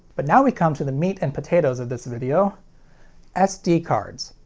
but now we come to the meat and potatoes of this video sd cards.